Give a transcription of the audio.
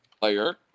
player